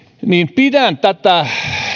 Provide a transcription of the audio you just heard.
pidän tätä